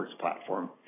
platform